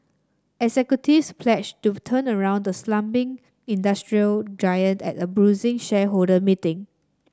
executives pledged to turn around the slumping industrial giant at a bruising shareholder meeting